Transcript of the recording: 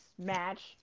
match